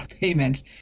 payments